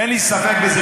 ואין לי ספק בזה,